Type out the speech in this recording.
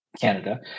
Canada